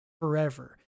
forever